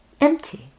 empty